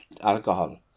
alcohol